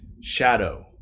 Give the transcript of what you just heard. shadow